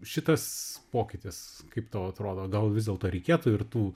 šitas pokytis kaip tau atrodo gal vis dėlto reikėtų ir tų